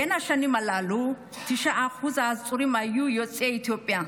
בין השנים הללו 9% מהעצורים היו יוצאי אתיופיה.